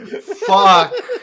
Fuck